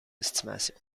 estimation